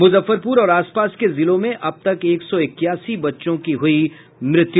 मुजफ्फरपुर और आसपास के जिलों में अब तक एक सौ इक्यासी बच्चों की हुई मृत्यु